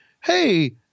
Hey